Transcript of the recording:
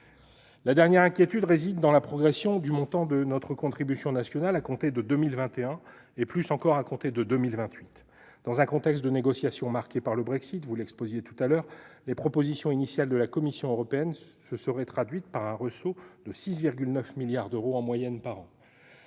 La dernière inquiétude réside dans la progression du montant de notre contribution nationale à compter de 2021, et plus encore à compter de 2028. Dans un contexte de négociation marqué par le Brexit, les propositions initiales de la Commission européenne se seraient traduites par un ressaut de 6,9 milliards d'euros en moyenne par an.